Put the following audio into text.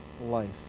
life